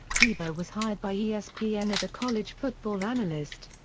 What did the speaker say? tebow was hired by espn as a college football analyst.